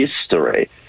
history